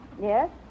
Yes